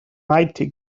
mighty